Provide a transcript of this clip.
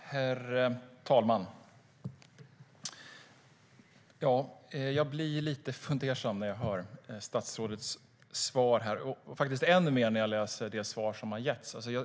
Herr talman! Jag blir lite fundersam när jag hör statsrådets svar här och faktiskt ännu mer när jag läser det svar som avgetts.